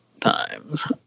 times